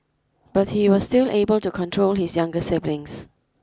but he was still able to control his younger siblings